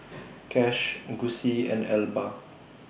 Cash Gussie and Elba